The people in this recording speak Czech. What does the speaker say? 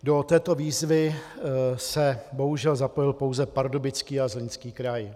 Do této výzvy se bohužel zapojil pouze Pardubický a Zlínský kraj.